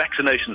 vaccinations